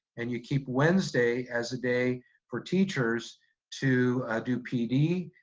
and you keep wednesday as a day for teachers to do pd,